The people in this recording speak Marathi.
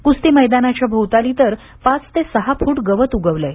कुस्ती मैदानाच्या भोवताली तर पाच ते सहा फूट गवत उगवलं आहे